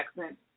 accent